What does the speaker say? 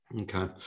Okay